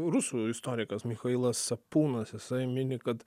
rusų istorikas michailas punas jisai mini kad